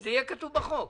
שזה יהיה כתוב בחוק.